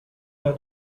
that